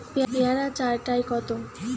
পেয়ারা চার টায় কত?